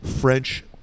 french